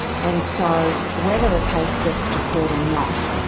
and so whether a case gets to court or not,